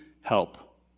help